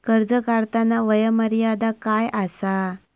कर्ज काढताना वय मर्यादा काय आसा?